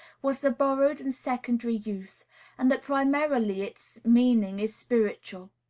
was the borrowed and secondary use and that primarily its meaning is spiritual.